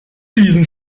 diesen